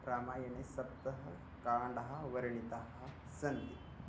रामायणे सप्तकाण्डाः वर्णितः सन्ति